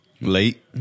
late